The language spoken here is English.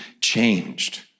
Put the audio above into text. changed